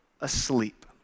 asleep